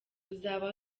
buzaba